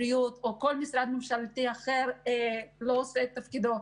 להגיד שמשרד הבריאות או כל משרד ממשלתי אחר לא עושה את תפקידו.